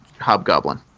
Hobgoblin